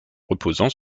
reposant